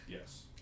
yes